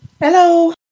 Hello